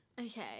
Okay